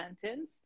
sentence